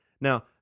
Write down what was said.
Now